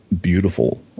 beautiful